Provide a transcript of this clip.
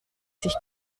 sich